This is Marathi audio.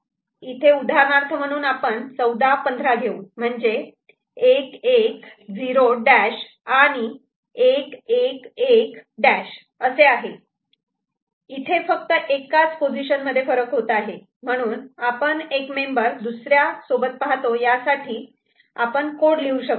इथे उदाहरणार्थ म्हणून आपण 14 15 घेऊ म्हणजे 1 1 0 डॅश आणि 1 1 1 डॅश असे आहे इथे फक्त एकाच पोझिशनमध्ये फरक होत आहे म्हणून आपण एक मेंबर दुसर्यासोबत पाहतो यासाठी आपण कोड लिहू शकतो